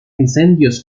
incendios